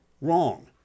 Wrong